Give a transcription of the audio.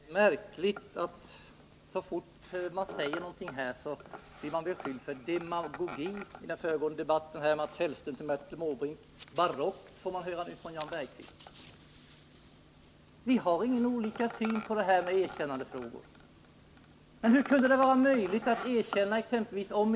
Herr talman! Det är märkligt att så fort man säger någonting här blir man beskylld för demagogi. I den föregående debatten var det Mats Hellström som bemötte Bertil Måbrink, och ordet barockt får man nu höra från Jan Bergqvist. Vi har inte olika syn på erkännandefrågor. Men hur kunde det vara möjligt att erkänna exempelvis f. d.